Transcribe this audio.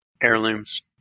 Heirlooms